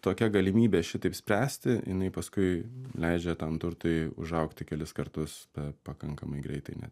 tokia galimybė šitaip spręsti jinai paskui leidžia tam turtui užaugti kelis kartus per pakankamai greitai ne